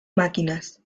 máquinas